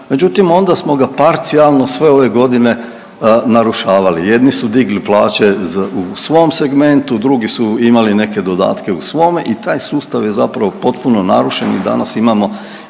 međutim onda smo ga parcijalno sve ove godine narušavali, jedni su digli plaće u svom segmentu, drugi su imali neke dodatke u svome i taj sustav je zapravo potpuno narušen i danas imamo